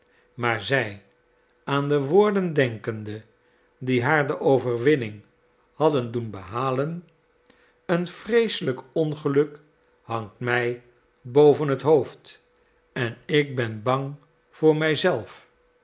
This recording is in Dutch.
maar zij aan de woorden denkende die haar de overwinning hadden doen behalen een vreeselijk ongeluk hangt mij boven het hoofd en ik ben bang voor